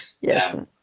yes